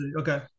okay